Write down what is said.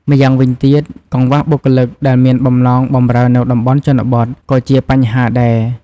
ម្យ៉ាងវិញទៀត កង្វះបុគ្គលិកដែលមានបំណងបម្រើនៅតំបន់ជនបទ ក៏ជាបញ្ហាដែរ។